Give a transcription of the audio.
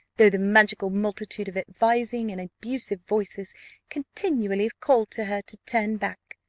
though the magical multitude of advising and abusive voices continually called to her to turn back,